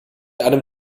einem